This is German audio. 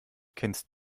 kennst